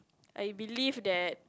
I believe that